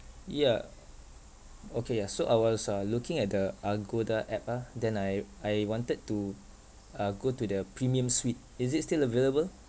yeah okay uh so I was uh looking at the agoda app ah then I I wanted to uh go to the premium suite is it still available